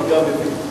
אני גם מבין.